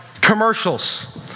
commercials